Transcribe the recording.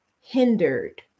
hindered